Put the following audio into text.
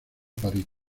parís